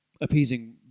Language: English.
appeasing